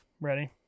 Ready